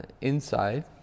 inside